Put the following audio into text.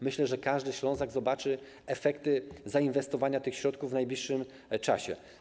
Myślę, że każdy Ślązak zobaczy efekty zainwestowania tych środków w najbliższym czasie.